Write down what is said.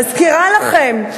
מזכירה לכם,